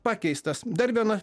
pakeistas dar viena